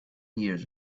years